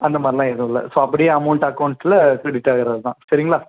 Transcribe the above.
அந்த மாதிரிலாம் எதுவும் இல்லை ஸோ அப்படியே அமௌண்ட்டு அகௌண்ட்ஸ்லில் க்ரிடிட் ஆகிடுறது தான் சரிங்களா